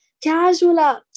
casual